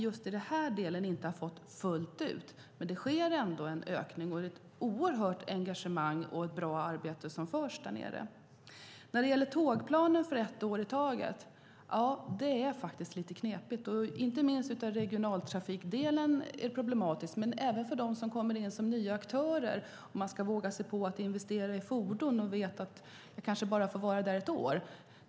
Just i den här delen har man inte fått det fullt ut, men det sker en ökning, och det är ett oerhört engagemang och ett bra arbete som görs där nere. När det gäller tågplaner för ett år i taget är det faktiskt lite knepigt. Inte minst när det gäller regionaltrafikdelen är det problematiskt. Men det handlar även om dem som kommer in som nya aktörer, om de ska våga sig på att investera i fordon när de vet att de kanske bara får vara där i ett år.